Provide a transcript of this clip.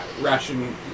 ration